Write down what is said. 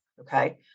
Okay